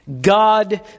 God